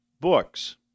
books